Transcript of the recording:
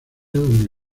donde